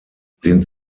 den